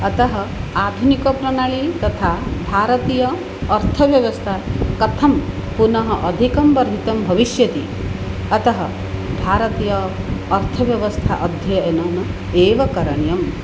अतः आधुनिकप्रनाळी तथा भारतीय अर्थव्यवस्था कथं पुनः अधिकं वर्धितं भविष्यति अतः भारतीय अर्थव्यवस्था अध्ययनम् एव करणीयम्